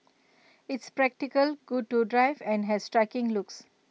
it's practical good to drive and has striking looks